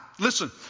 listen